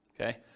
okay